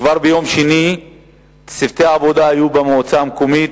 כבר ביום שני צוותי עבודה היו במועצה המקומית.